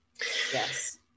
Yes